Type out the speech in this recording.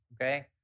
okay